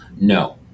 No